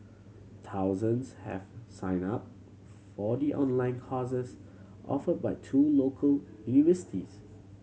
thousands have signed up for the online courses offered by two local universities